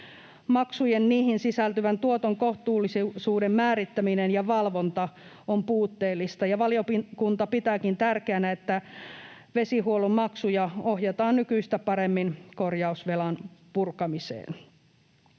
maksuihin sisältyvän tuoton kohtuullisuuden määrittäminen ja valvonta on puutteellista. Valiokunta pitääkin tärkeänä, että vesihuollon maksuja ohjataan nykyistä paremmin korjausvelan purkamiseen.